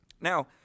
Now